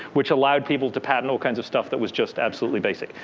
which allowed people to patent all kinds of stuff that was just absolutely basic.